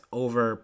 over